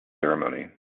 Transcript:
ceremony